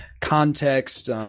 context